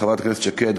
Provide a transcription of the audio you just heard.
חברת הכנסת שקד,